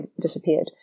disappeared